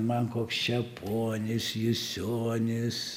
man koks čeponis jusionis